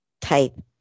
type